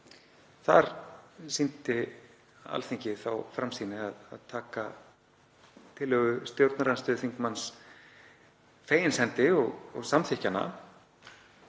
Þar sýndi Alþingi þá framsýni að taka tillögu stjórnarandstöðuþingmanns fegins hendi og samþykkja